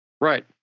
Right